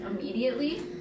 immediately